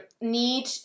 Need